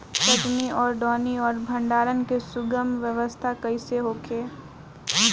कटनी और दौनी और भंडारण के सुगम व्यवस्था कईसे होखे?